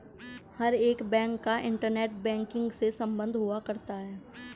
हर एक बैंक का internet banking से सम्बन्ध हुआ करता है